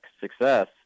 success